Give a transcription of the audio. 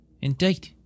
Indeed